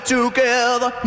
together